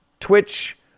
Twitch